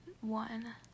one